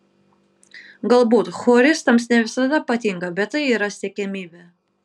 galbūt choristams ne visada patinka bet tai yra siekiamybė